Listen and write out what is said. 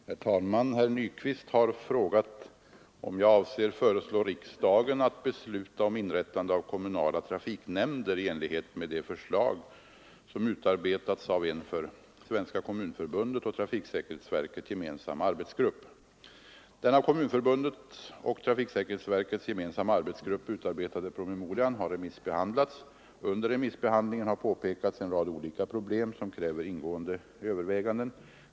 Herr talman! Herr Nyquist har frågat om jag avser föreslå riksdagen att besluta om inrättande av kommunala trafiknämnder i enlighet med det förslag som utarbetats av en för Svenska kommunförbundet och trafiksäkerhetsverket gemensam arbetsgrupp. Den av Kommunförbundets och trafiksäkerhetsverkets gemensamma arbetsgrupp utarbetade promemorian har remissbehandlats. Under remissbehandlingen har påpekats en rad olika problem som kräver ingående överväganden.